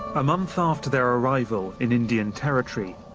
a month after their arrival in indian territory,